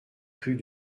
rue